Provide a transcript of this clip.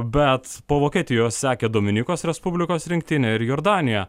bet po vokietijos sekė dominikos respublikos rinktinė ir jordanija